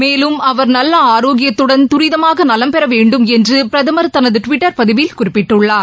மேலும் அவர் நல்ல ஆரோக்கியத்துடன் துரிதமாக நலம் பெற வேண்டும் என்று பிரதமர் தனது டுவிட்டர் பதிவில் குறிப்பிட்டுள்ளார்